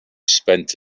spent